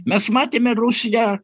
mes matėme rusiją